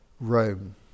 Rome